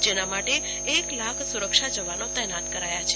જેના માટે એક લાખ સુરક્ષા જવાનો તૈનાત કરાયા છે